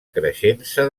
creixença